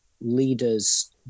leaders